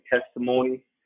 testimony